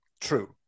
true